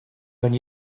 than